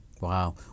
Wow